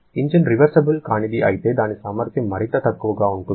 engine reversible కానిది అయితే దాని సామర్థ్యం మరింత తక్కువగా ఉంటుంది